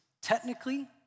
technically